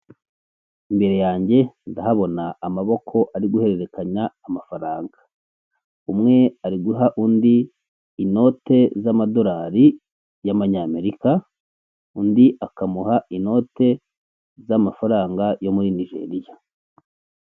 Imbere yanjye ndahabona amaboko ari guhererekanya ku mafaranga umwe ari guha undi inote z'amadorari y'amanyamerika, undi akamuha inote z'amafaranga yo muri nigeriya.